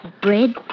Bread